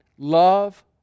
love